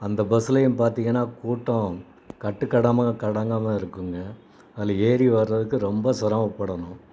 அந்த பஸ்ஸுலையும் பார்த்தீங்கன்னா கூட்டம் கட்டு கடாமல் கடங்காமல் இருக்குதுங்க அதில் ஏறி வர்றதுக்கு ரொம்ப சிரமப்படணும்